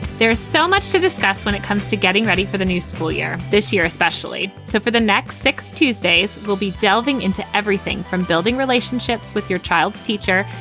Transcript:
there's so much to discuss when it comes to getting ready for the new school year this year, especially so for the next six tuesdays will be delving into everything from building relationships with your child's teacher,